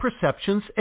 perceptions